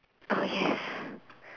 oh yes